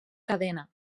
cadena